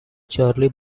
charlie